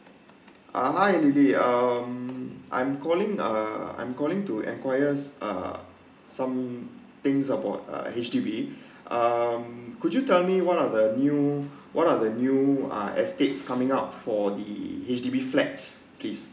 uh hi lily um I'm calling uh I'm calling to enquire err somethings about uh H_D_B um could you tell me what are the new what are the new uh estates coming up for the H_D_B flat please